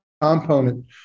component